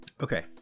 Okay